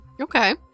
Okay